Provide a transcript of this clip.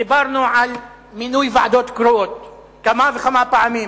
דיברנו על מינוי ועדות קרואות כמה וכמה פעמים,